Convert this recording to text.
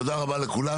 תודה רבה לכולם,